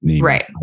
right